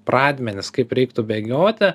pradmenis kaip reiktų bėgioti